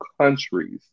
countries